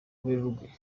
werurwe